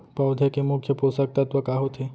पौधे के मुख्य पोसक तत्व का होथे?